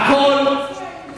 קודם